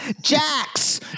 Jax